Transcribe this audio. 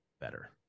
better